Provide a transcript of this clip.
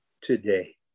today